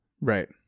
right